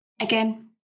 again